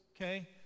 okay